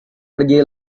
pergi